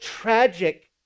tragic